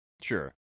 Sure